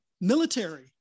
Military